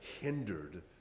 hindered